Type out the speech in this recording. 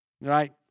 right